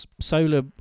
solar